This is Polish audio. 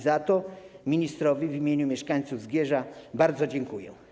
Za to ministrowi w imieniu mieszkańców Zgierza bardzo dziękuję.